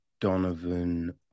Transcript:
Donovan